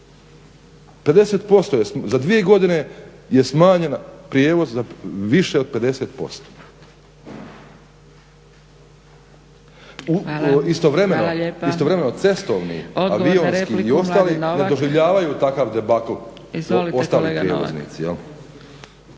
za dvije godine je smanjen prijevoz za više od 50%. Istovremeno cestovni, avionski i ostali ne doživljavaju takav debakl ostali prijevoznici,